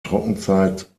trockenzeit